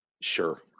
Sure